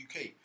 UK